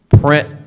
Print